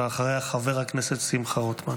אחריה, חבר הכנסת שמחה רוטמן.